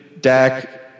Dak